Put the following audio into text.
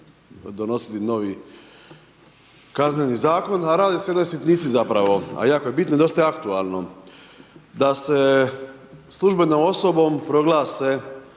donositi novi KZ a radi se o jednoj sitnici zapravo a jako je bitno, dosta je aktualno. Da se službenom osobom proglase